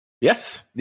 Yes